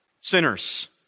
sinners